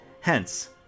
Hence